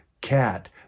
Cat